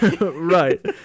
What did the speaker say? right